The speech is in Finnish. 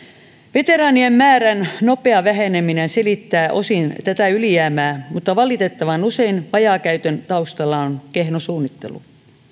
veteraanien määrän nopea väheneminen selittää osin tätä ylijäämää mutta valitettavan usein vajaakäytön taustalla on kehno suunnittelu